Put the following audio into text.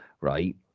right